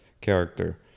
character